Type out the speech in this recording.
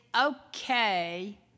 okay